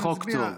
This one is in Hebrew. כי זה חוק טוב.